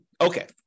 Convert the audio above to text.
Okay